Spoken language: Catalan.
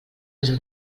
més